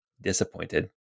disappointed